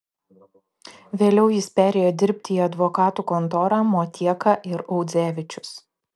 vėliau jis perėjo dirbti į advokatų kontorą motieka ir audzevičius